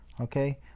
Okay